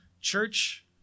church